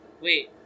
Wait